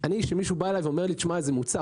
כאשר מישהו בא אליי ואומר לי: תשמע איזה מוצר,